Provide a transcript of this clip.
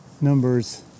numbers